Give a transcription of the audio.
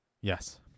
Yes